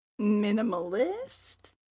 Minimalist